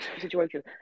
Situation